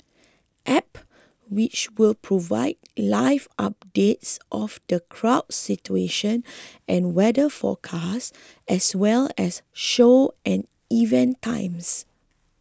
app which will provide live updates of the crowd situation and weather forecast as well as show and event times